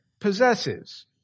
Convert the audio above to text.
possesses